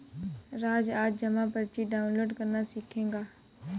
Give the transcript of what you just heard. राज आज जमा पर्ची डाउनलोड करना सीखेगा